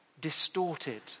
distorted